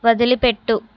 వదిలిపెట్టు